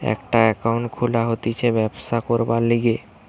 যে একাউন্ট খুলা হতিছে ব্যবসা করবার লিগে